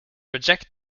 reject